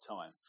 time